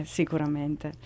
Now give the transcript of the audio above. sicuramente